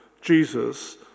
Jesus